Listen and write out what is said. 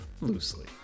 loosely